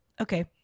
Okay